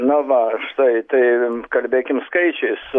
na va štai tai kalbėkim skaičiais